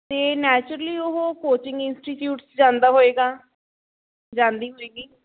ਅਤੇ ਨੈਚੁਰਲੀ ਉਹ coaching institute 'ਚ ਜਾਂਦਾ ਹੋਏਗਾ ਜਾਂਦੀ ਹੋਏਗੀ